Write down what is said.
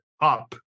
up